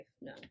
No